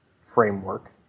framework